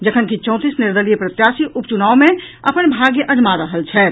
जखनकि चौंतीस निर्दलीय प्रत्याशी उपचुनाव मे अपन भाग्य अजमा रहल छथि